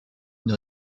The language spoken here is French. une